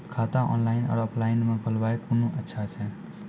खाता ऑनलाइन और ऑफलाइन म खोलवाय कुन अच्छा छै?